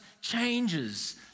changes